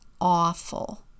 awful